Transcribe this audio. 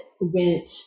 went